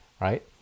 right